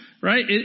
right